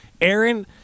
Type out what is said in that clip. Aaron